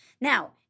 Now